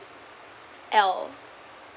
L